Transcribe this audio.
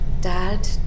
dad